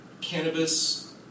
cannabis